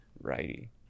Righty